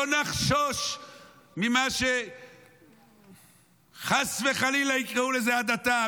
לא נחשוש מזה שחס וחלילה יקראו לזה "הדתה".